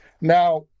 Now